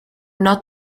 not